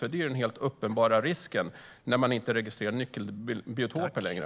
Det är nämligen den helt uppenbara risken när man inte registrerar nyckelbiotoper längre.